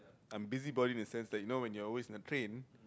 I'm busybody in the sense that you know when you are always in the train